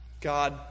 God